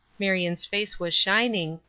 marion's face was shining,